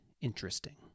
interesting